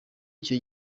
icyo